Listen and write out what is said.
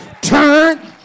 turn